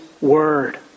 Word